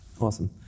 Awesome